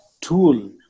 tool